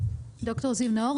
ד"ר זיו נאור,